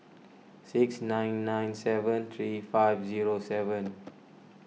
six nine nine seven three five zero seven